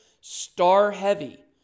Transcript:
star-heavy